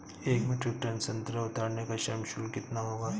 एक metric tonne संतरा उतारने का श्रम शुल्क कितना होगा?